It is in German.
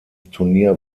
turnier